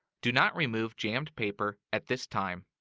do not remove jammed paper at this time.